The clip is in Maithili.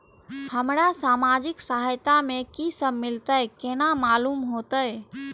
हमरा सामाजिक सहायता में की सब मिलते केना मालूम होते?